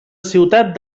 ciutat